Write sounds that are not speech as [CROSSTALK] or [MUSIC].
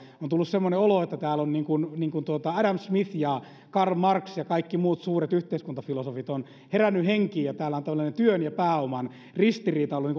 on tullut semmoinen olo että täällä ovat adam smith ja karl marx ja kaikki muut suuret yhteiskuntafilosofit heränneet henkiin ja on tällainen työn ja pääoman ristiriita ollut [UNINTELLIGIBLE]